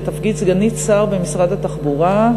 לתפקיד סגנית שר במשרד התחבורה,